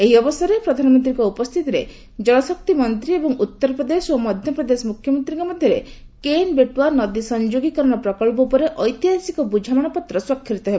ଏହି ଅବସରରେ ପ୍ରଧାନମନ୍ତ୍ରୀଙ୍କ ଉପସ୍ଥିତିରେ ଜଳ ଶକ୍ତି ମନ୍ତ୍ରୀ ଏବଂ ଉତ୍ତରପ୍ରଦେଶ ଓ ମଧ୍ୟପ୍ରଦେଶ ମୁଖ୍ୟମନ୍ତ୍ରୀଙ୍କ ମଧ୍ୟରେ କେନ୍ ବେଟୱା ନଦୀ ସଂଯୋଗୀକରଣ ପ୍ରକଳ୍ପ ଉପରେ ଐତିହାସିକ ବୁଝାମଣାପତ୍ର ସ୍ୱାକ୍ଷରିତ ହେବ